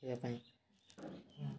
ଏହାପାଇଁ